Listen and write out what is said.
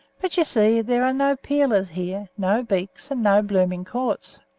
but you see, there are no peelers here, no beaks, and no blooming courts,